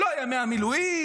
לא ימי המילואים,